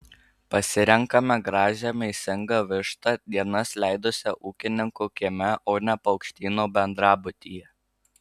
pasirenkame gražią mėsingą vištą dienas leidusią ūkininko kieme o ne paukštyno bendrabutyje